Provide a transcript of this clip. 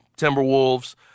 Timberwolves